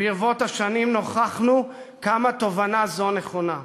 ברבות השנים נוכחנו כמה תובנה זו נכונה.